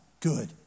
good